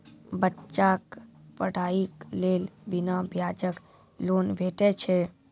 बच्चाक पढ़ाईक लेल बिना ब्याजक लोन भेटै छै?